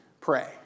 pray